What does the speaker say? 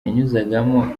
yanyuzagamo